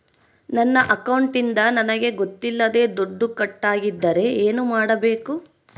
ನನ್ನ ಅಕೌಂಟಿಂದ ನನಗೆ ಗೊತ್ತಿಲ್ಲದೆ ದುಡ್ಡು ಕಟ್ಟಾಗಿದ್ದರೆ ಏನು ಮಾಡಬೇಕು?